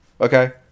Okay